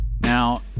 Now